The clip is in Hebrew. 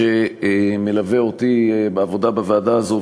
שמלווה אותי בעבודה בוועדה הזאת,